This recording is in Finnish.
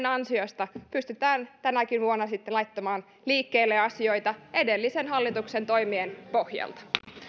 ansiosta pystytään tänäkin vuonna sitten laittamaan liikkeelle asioita edellisen hallituksen toimien pohjalta